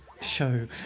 show